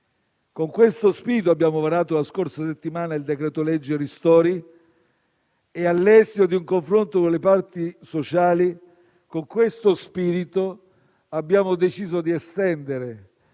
Con questo spirito abbiamo varato la scorsa settimana il decreto-legge ristori e, all'esito di un confronto con le parti sociali, con lo stesso spirito abbiamo deciso di estendere,